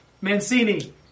Mancini